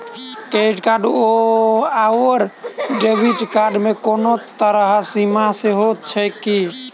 Credit card आओर debit card मे कोनो तरहक सीमा सेहो छैक की?